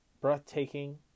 breathtaking